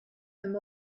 him